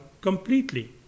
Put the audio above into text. completely